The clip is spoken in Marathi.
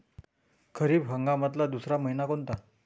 खरीप हंगामातला दुसरा मइना कोनता?